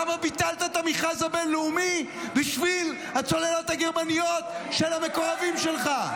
למה ביטלת את המכרז הבין-לאומי בשביל הצוללות הגרמניות של המקורבים שלך?